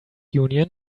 union